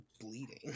bleeding